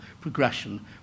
progression